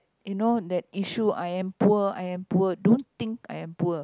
you know that issue I am poor I am poor don't think I am poor